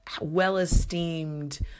well-esteemed